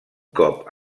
cop